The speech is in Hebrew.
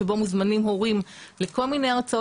שבו מוזמנים הורים לכל מיני הרצאות.